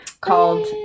called